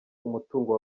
umutungo